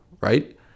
right